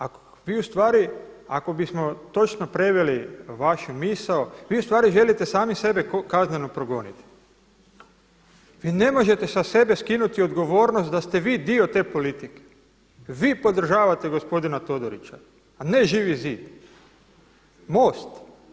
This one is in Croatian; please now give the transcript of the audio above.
A vi u stvari ako bismo točno preveli vašu misao, vi ustvari želite sami sebe kazneno progoniti, vi ne možete sa sebe skinuti odgovornost da ste vi dio te politike, vii podržavate gospodina Todorića, a ne Živi zid, MOST.